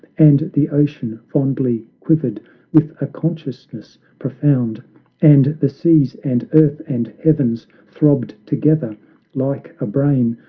and the ocean fondly quivered with a consciousness pro found and the seas and earth and heavens throbbed together like a brain,